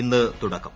ഇന്ന് തുടക്കം